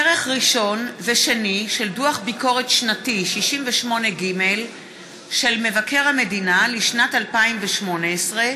כרך ראשון ושני של דוח ביקורת שנתי 68ג של מבקר המדינה לשנת 2018,